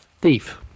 thief